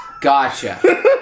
Gotcha